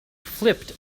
flipped